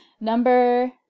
Number